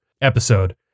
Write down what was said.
episode